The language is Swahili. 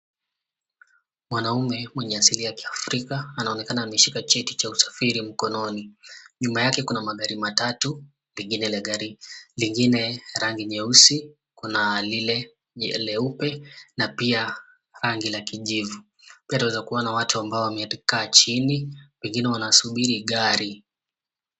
Mwanaume mwenye asili ya kiafrika anaonekana ameshika cheti cha usafiri mkononi. Nyuma yake kuna magari matatu pengine la gari lingine nyeusi kuna lile leupe na pia rangi la kijivu. Pia twaweza kuona watu ambao wamekaa chini pengine wanasubiri gari.